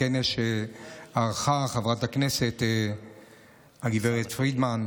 הכנס שערכה חברת הכנסת הגב' פרידמן,